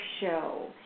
show